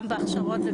גם בהכשרות,